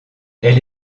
elle